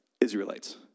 Israelites